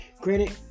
granted